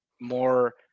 More